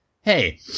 hey